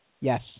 Yes